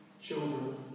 Children